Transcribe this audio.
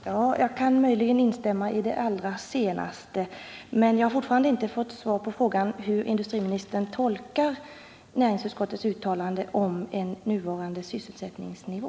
Herr talman! Jag kan möjligen instämma i det allra sista som industriministern sade. Men jag har fortfarande inte fått svar på frågan hur industriministern tolkar näringsutskottets uttalande om att behålla nuvarande sysselsättningsnivå.